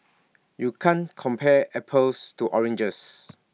you can't compare apples to oranges